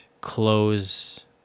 close